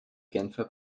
genfer